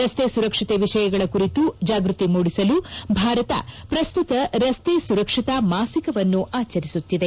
ರಸ್ತೆ ಸುರಕ್ಷತೆ ವಿಷಯಗಳ ಕುರಿತು ಜಾಗೃತಿ ಮೂಡಿಸಲು ಭಾರತ ಪ್ರಸ್ತುತ ರಸ್ತೆ ಸುರಕ್ಷತಾ ಮಾಸಿಕವನ್ನು ಆಚರಿಸುತ್ತಿದೆ